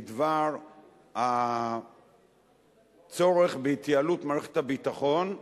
בדבר הצורך בהתייעלות מערכת הביטחון,